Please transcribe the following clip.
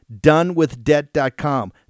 donewithdebt.com